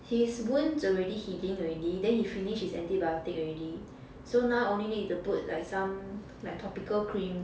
his wounds already healing already then he finish his antibiotic already so now only need to put like some like topical cream